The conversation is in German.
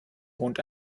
wohnt